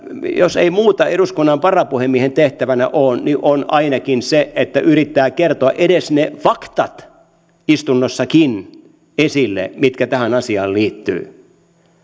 jos ei muuta eduskunnan varapuhemiehen tehtävänä ole niin on ainakin se että yrittää kertoa edes ne faktat istunnossakin esille mitkä tähän asiaan